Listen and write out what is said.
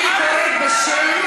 אני קוראת בשם,